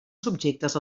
subjectes